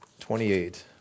28